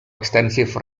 extensive